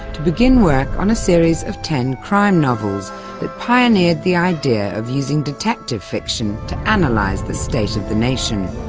to begin work on a series of ten crime novels that pioneered the idea of using detective fiction to analyse and like the state of the nation.